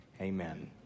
Amen